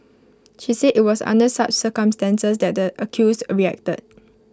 she said IT was under such circumstances that the accused reacted